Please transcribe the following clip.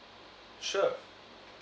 sure